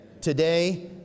today